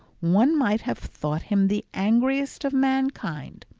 one might have thought him the angriest of mankind.